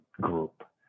group